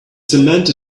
samantha